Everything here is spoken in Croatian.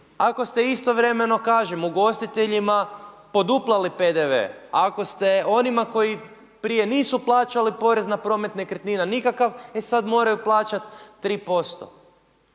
ako ste istovremeno, kažem, ugostiteljima poduplali PDV? Ako ste onima koji prije nisu plaćali porez na promet nekretnina nikakav, e sad moraju plaćati 3%.